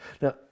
Now